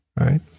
right